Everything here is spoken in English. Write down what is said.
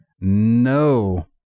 no